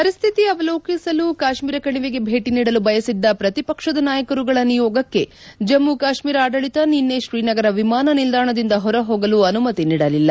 ಪರಿಶ್ಠಿತಿ ಅವಲೋಕಿಸಲು ಕಾಶ್ಮೀರ ಕಣಿವೆಗೆ ಭೇಟಿ ನೀಡಲು ಬಯಸಿದ್ದ ಪ್ರತಿಪಕ್ಷದ ನಾಯಕರುಗಳ ನಿಯೋಗಕ್ಕೆ ಜಮ್ಮ ಕಾಶ್ಮೀರ ಆಡಳಿತ ನಿನ್ನೆ ಶ್ರೀನಗರ ವಿಮಾನ ನಿಲ್ದಾಣದಿಂದ ಹೊರಹೋಗಲು ಅನುಮತಿ ನೀಡಲಿಲ್ಲ